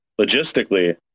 logistically